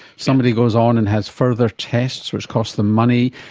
somebody goes on and has further tests which cost them money,